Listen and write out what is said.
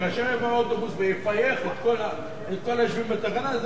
אבל כאשר יבוא אוטובוס ויפייח את כל היושבים בתחנה,